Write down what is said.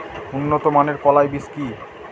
উন্নত মানের কলাই বীজ কি?